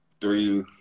three